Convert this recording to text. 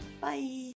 Bye